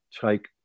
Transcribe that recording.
take